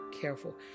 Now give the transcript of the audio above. careful